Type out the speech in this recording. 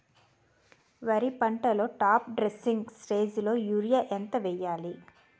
వరి పంటలో top dressing స్టేజిలో యూరియా ఎంత వెయ్యాలి?